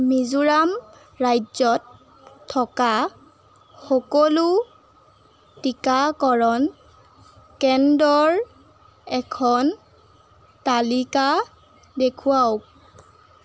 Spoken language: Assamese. মিজোৰাম ৰাজ্যত থকা সকলো টীকাকৰণ কেন্দ্ৰৰ এখন তালিকা দেখুৱাওক